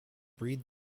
breed